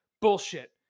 bullshit